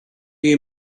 you